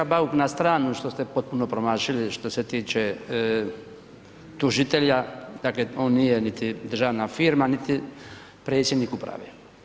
Kolega Bauk na stranu što ste potpuno promašili što se tiče tužitelja, dakle on nije niti državna firma niti predsjednik uprave.